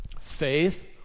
Faith